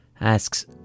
asks